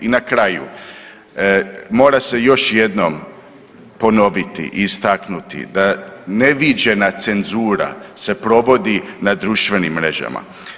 I na kraju, mora se još jednom ponoviti i istaknuti da neviđena cenzura se provodi na društvenim mrežama.